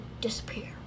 disappear